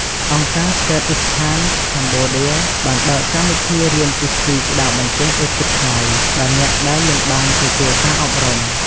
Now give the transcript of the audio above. អង្គការ ស្កេតអុីសថាន ខេមបូឌា Skateistan Cambodia បានបើកកម្មវិធីរៀនជិះស្គីក្ដារបន្ទះឥតគិតថ្លៃដល់អ្នកដែលមិនបានទទួលការអប់រំ។